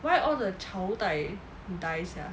why all the 朝代 die sia